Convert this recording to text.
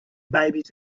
babies